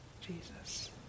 Jesus